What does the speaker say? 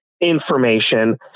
information